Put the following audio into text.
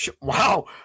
Wow